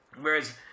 Whereas